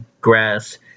grass